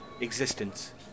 existence